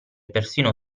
persino